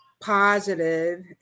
positive